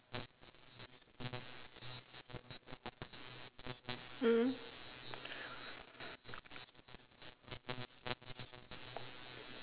mm